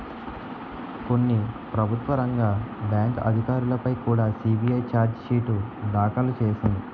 కొన్ని ప్రభుత్వ రంగ బ్యాంకు అధికారులపై కుడా సి.బి.ఐ చార్జి షీటు దాఖలు చేసింది